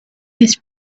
this